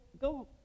go